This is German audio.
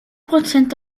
prozent